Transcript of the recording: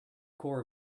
corp